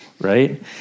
right